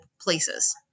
places